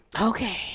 okay